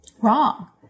wrong